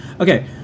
Okay